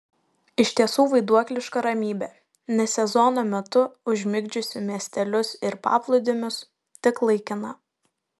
iš tiesų vaiduokliška ramybė ne sezono metu užmigdžiusi miestelius ir paplūdimius tik laikina